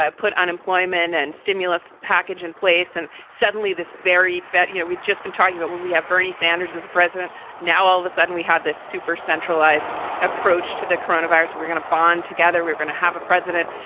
ah put unemployment and stimulus package in place and suddenly this very fit. you know, we'd just been talking about when we have bernie sanders as president now, all of a sudden we had this super centralized approach to the coronaviruses. we're going to bond together. we're going to have a president,